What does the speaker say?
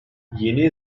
yeni